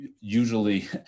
usually